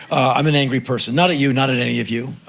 i'm an angry person. not at you. not at any of you.